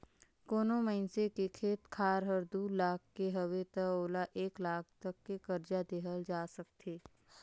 कोनो मइनसे के खेत खार हर दू लाख के हवे त ओला एक लाख तक के करजा देहल जा सकथे